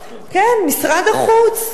כן, משרד החוץ.